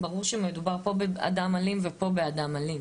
ברור שמדובר פה באדם אלים ופה באדם אלים,